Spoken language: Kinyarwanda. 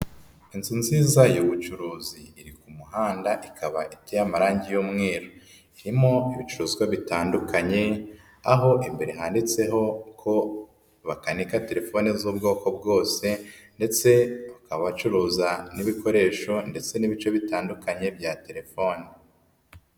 Inzu nziza y'ubucuruzi iri ku muhanda, ikaba iteye amarangi y'umweru, harimo ibicuruzwa bitandukanye, aho imbere handitseho ko bakanika telefoni z'ubwoko bwose ndetse bakaba bacuruza n'ibikoresho ndetse n'ibice bitandukanye bya telefoni.